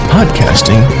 Podcasting